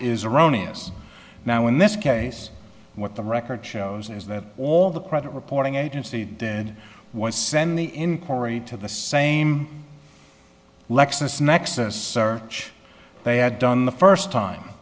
is erroneous now in this case what the record shows is that all the credit reporting agency did was send the inquiry to the same lexis nexis search they had done the first time